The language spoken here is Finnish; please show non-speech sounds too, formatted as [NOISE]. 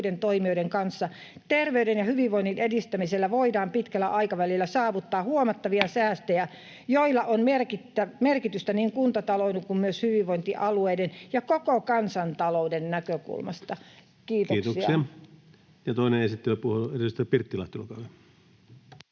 Terveyden ja hyvinvoinnin edistämisellä voidaan pitkällä aikavälillä saavuttaa huomattavia säästöjä, [NOISE] joilla on merkitystä niin kuntatalouden kuin myös hyvinvointialueiden ja koko kansantalouden näkökulmasta. — Kiitoksia.